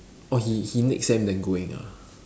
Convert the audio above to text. orh he he next sem then going ah